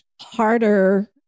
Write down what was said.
harder